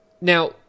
Now